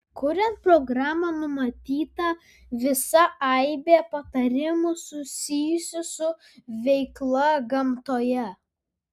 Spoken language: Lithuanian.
kuriant programą numatyta visa aibė patarimų susijusių su veikla gamtoje